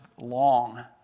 long